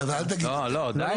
אל תגיד את זה.